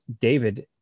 david